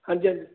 ਹਾਂਜੀ ਹਾਂਜੀ